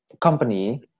company